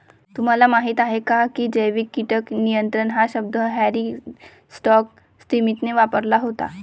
तुम्हाला माहीत आहे का की जैविक कीटक नियंत्रण हा शब्द हॅरी स्कॉट स्मिथने वापरला होता?